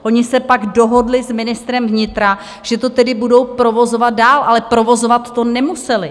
Oni se pak dohodli s ministrem vnitra, že to tedy budou provozovat dál, ale provozovat to nemuseli.